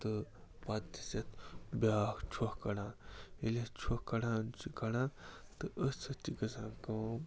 تہٕ پَتہٕ چھِ أسۍ اَتھ بیٛاکھ چھۄکھ کَڑان ییٚلہِ أسۍ چھۄکھ کَڑان چھِ کڑان تہٕ أتھۍ سۭتۍ چھِ گژھان کٲم